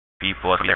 people